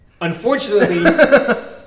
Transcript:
Unfortunately